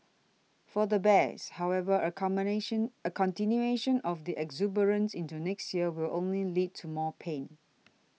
for the bears however a commination a continuation of the exuberance into next year will only lead to more pain